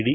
D